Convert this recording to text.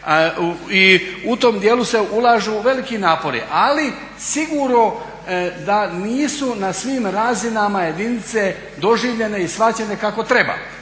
i u tom dijelu se ulažu veliki napori. Ali sigurno da nisu na svim razinama jedinice doživljene i shvaćene kako treba.